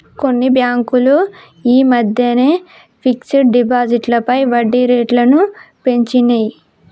కొన్ని బ్యేంకులు యీ మద్దెనే ఫిక్స్డ్ డిపాజిట్లపై వడ్డీరేట్లను పెంచినియ్